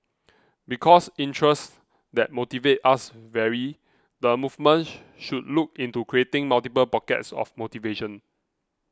because interests that motivate us vary the movement should look into creating multiple pockets of motivation